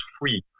free